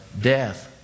death